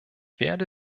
werde